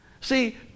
See